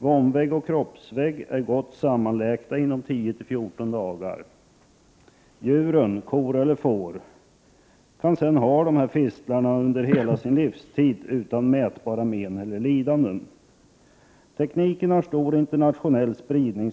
Vomväggen och kroppsväggen blir gott sammanläkta inom 10—14 dagar. Djuren, korna eller fåren, kan sedan ha dessa fistlar under hela sin livstid utan mätbara men eller lidanden. Tekniken har sedan 1950-talet haft stor internationell spridning.